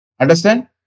Understand